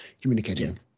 communicating